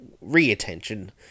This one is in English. re-attention